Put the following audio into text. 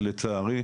שלצערי,